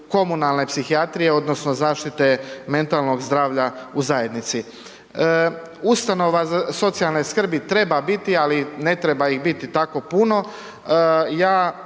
komunalne psihijatrije odnosno zaštite mentalnog zdravlja u zajednici. Ustanova socijalne skrbi treba biti, ali ne treba ih biti tako puno.